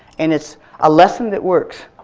and it's a lesson that works.